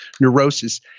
neurosis